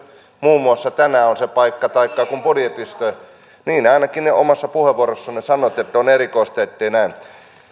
muun muassa tänään on se paikka taikka kun budjetista niin ainakin omassa puheenvuorossanne sanoitte että on erikoista ettei näin